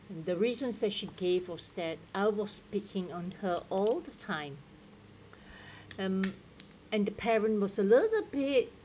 the reasons that she gave was that I was picking on her all the time and the parent was a little bit